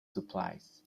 supplies